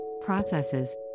processes